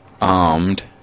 Armed